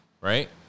right